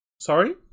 Sorry